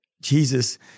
Jesus